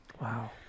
Wow